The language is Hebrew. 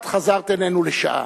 את חזרת אלינו לשעה,